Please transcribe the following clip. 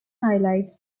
highlights